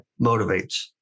motivates